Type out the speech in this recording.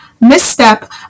misstep